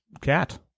cat